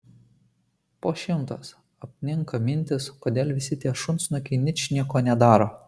po šimtas apninka mintys kodėl visi tie šunsnukiai ničnieko ne daro